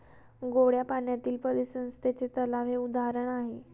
गोड्या पाण्यातील परिसंस्थेचे तलाव हे उदाहरण आहे